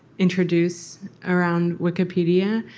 introduce around wikipedia.